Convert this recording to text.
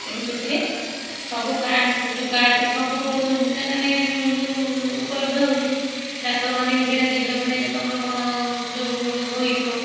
ତେଣୁ ସେଥିରେ ସବୁ କାର୍ଡ଼ ସେ ଯେଉଁ କାର୍ଡ଼ଟି ସବୁଜାଗାରେ ହିଁ ଯେଉଁ ଉପଲବ୍ଧ ହେଉଛି ଡାକ୍ତରମାନେ ବି ସେଇଟା ଦେଖିଲା ପରେ ତୁମର କ'ଣ ଯେଉଁ ରୋଗ ହୋଇଥିବ